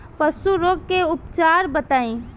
पशु रोग के उपचार बताई?